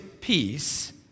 peace